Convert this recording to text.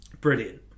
brilliant